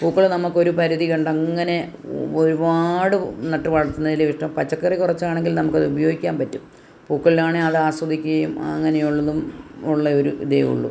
പൂക്കള് നമുക്ക് ഒര് പരിധി കണ്ടങ്ങനെ ഒരുപാട് നട്ട് വളർത്തുന്നതിലും ഇഷ്ടം പച്ചക്കറി കുറച്ചാണെങ്കിൽ നമുക്കത് ഉപയോഗിക്കാൻ പറ്റും പൂക്കളിലാണെൽ അത് ആസ്വദിക്കുകയും അങ്ങനെ ഉള്ളതും ഉള്ള ഒര് ഇതേ ഉള്ളൂ